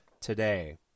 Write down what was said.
today